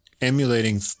emulating